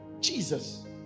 Jesus